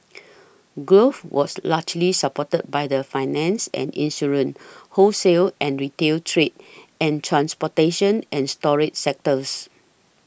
growth was largely supported by the finance and insurance wholesale and retail trade and transportation and storage sectors